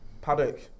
Paddock